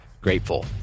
grateful